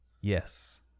Yes